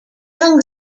young